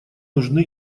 нужны